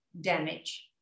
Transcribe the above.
damage